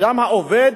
האדם העובד,